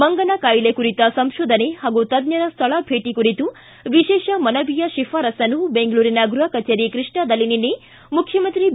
ಮಂಗನ ಕಾಯಿಲೆ ಕುರಿತ ಸಂಶೋಧನೆ ಹಾಗೂ ತಜ್ಜರ ಸ್ಥಳ ಭೇಟಿ ಕುರಿತು ವಿಶೇಷ ಮನವಿಯ ಶಿಫಾರಸ್ಸನ್ನು ಬೆಂಗಳೂರಿನ ಗೃಹ ಕಛೇರಿ ಕೃಷ್ಣದಲ್ಲಿ ನಿನ್ನೆ ಮುಖ್ಯಮಂತ್ರಿ ಬಿ